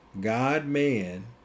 God-man